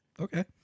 Okay